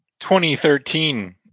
2013